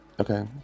okay